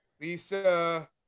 Lisa